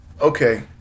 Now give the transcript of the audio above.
Okay